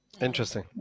Interesting